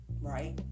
right